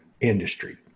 industry